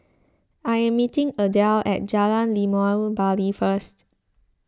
I am meeting Adele at Jalan Limau Bali first